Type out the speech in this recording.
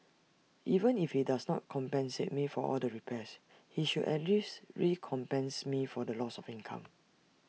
even if he does not compensate me for all the repairs he should at least recompense me for loss of income